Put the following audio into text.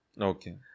Okay